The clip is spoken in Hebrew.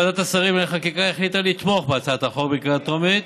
ועדת השרים לענייני חקיקה החליטה לתמוך בהצעת החוק בקריאה טרומית.